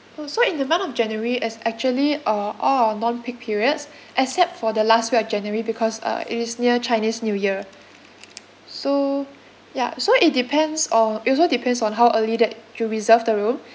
oh so in the month of january is actually uh all our non-peak periods except for the last week of january because uh it is near chinese new year so ya so it depends on it also depends on how early that you reserve the room